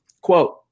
quote